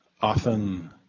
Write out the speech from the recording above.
Often